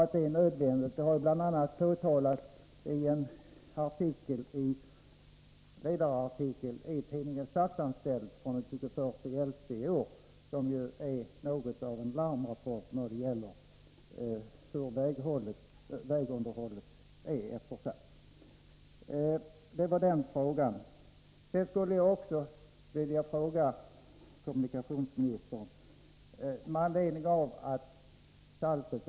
Att detta är nödvändigt har framhållits bl.a. i en ledarartikel den 21 november i år i tidningen Statsanställd.